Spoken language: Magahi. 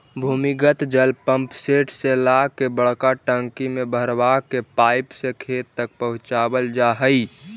भूमिगत जल पम्पसेट से ला के बड़का टंकी में भरवा के पाइप से खेत तक पहुचवल जा हई